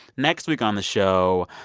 next week on the show,